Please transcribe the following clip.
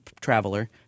traveler